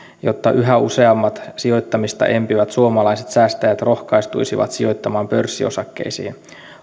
jotta yhä useammat sijoittamista empivät suomalaiset säästäjät rohkaistuisivat sijoittamaan pörssiosakkeisiin